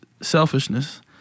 selfishness